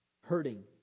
hurting